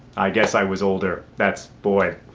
i guess i was older. that's. boy.